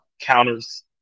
counters